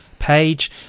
page